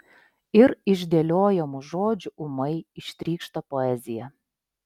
ir iš dėliojamų žodžių ūmai ištrykšta poezija